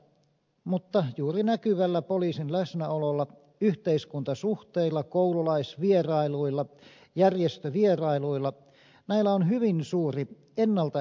mutta juuri näkyvällä poliisin läsnäololla yhteiskuntasuhteilla koululaisvierailuilla ja järjestövierailuilla on hyvin suuri ennalta ehkäisevä vaikutus